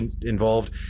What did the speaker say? involved